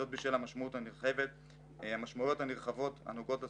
זאת בשל המשמעויות הנרחבות הנוגעות לסוגיה,